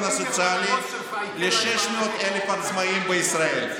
הסוציאלי ל-600,000 עצמאים בישראל.